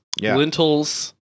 lentils